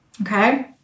Okay